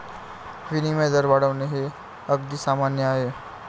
विनिमय दर वाढणे हे अगदी सामान्य आहे